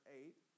eight